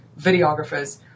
videographers